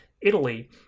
Italy